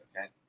okay